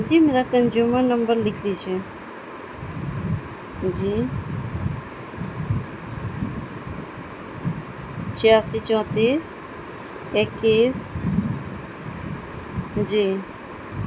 جی میرا consumer number لکھ لیجے جی چھیاسی چوتیس اکیس جی